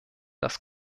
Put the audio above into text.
das